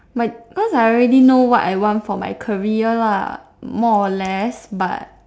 my cause I already know what I want for my career lah more or less but